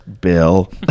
bill